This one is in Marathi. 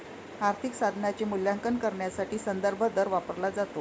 आर्थिक साधनाचे मूल्यांकन करण्यासाठी संदर्भ दर वापरला जातो